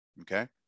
okay